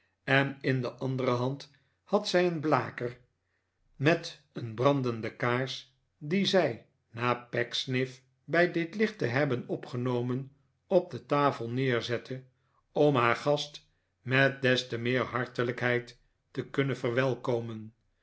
rammelde in de andere hand had zij een blaker met een brandende kaars die zij na pecksniff bij dit licht te hebben opgenomen op de tafel neerzette om haar gast m a a rten chuzzlewit met des te meer hartelijkheid te kunnen verwelkomen